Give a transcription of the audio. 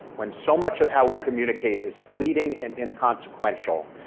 when so much of how we communicate is fleeting and inconsequential,